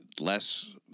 less